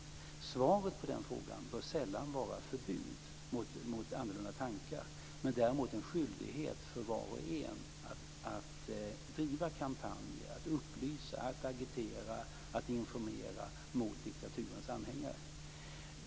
Lösningen på det problemet bör sällan vara förbud mot annorlunda tankar, utan däremot en skyldighet för var och en att driva kampanjer, upplysa, agitera och informera mot diktaturens anhängare.